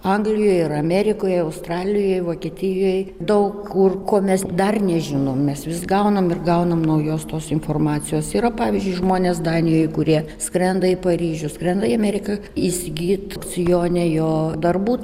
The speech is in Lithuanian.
anglijoj ir amerikoj australijoj vokietijoj daug kur ko mes dar nežinom mes vis gaunam ir gaunam naujos tos informacijos yra pavyzdžiui žmonės danijoj kurie skrenda į paryžių skrenda į ameriką įsigyt aukcione jo darbų